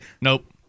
nope